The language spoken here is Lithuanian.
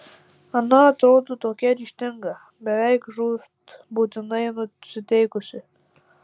ana atrodo tokia ryžtinga beveik žūtbūtinai nusiteikusi